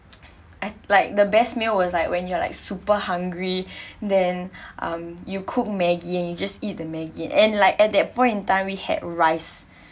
I like the best meal was like when you are like super hungry then um you cook maggi and you just eat the maggi and like at that point in time we had rice